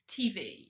TV